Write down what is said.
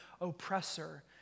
oppressor